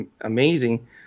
amazing